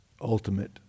ultimate